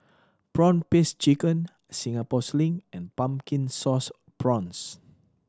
prawn paste chicken Singapore Sling and Pumpkin Sauce Prawns